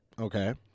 Okay